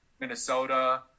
Minnesota